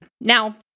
Now